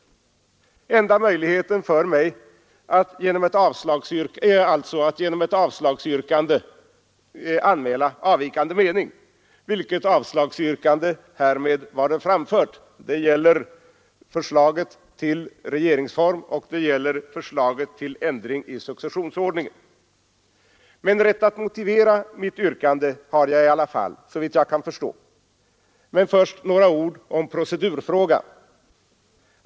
Enda möjligheten för mig att anmäla avvikande mening är alltså ett avslagsyrkande, vilket härmed varder framfört. Det gäller förslaget till regeringsform och det gäller förslaget till ändring i successionsordningen. Rätt att motivera mitt yrkande har jag, såvitt jag kan förstå. Men först några ord om procedurfrågan.